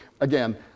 Again